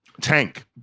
tank